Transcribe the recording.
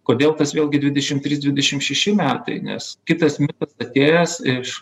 kodėl tas vėlgi dvidešim trys dvidešim šeši metai nes kitas mitas atėjęs iš